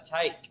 take